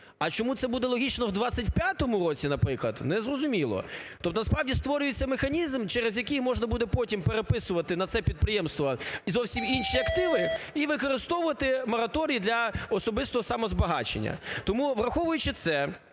А чому це буде логічно у 2025 році, наприклад, незрозуміло. Тобто насправді створюється механізм, через який можна буде потім переписувати на це підприємство зовсім інші активи і використовувати мораторій для особистого саме збагачення. Тому, враховуючи це,